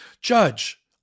Judge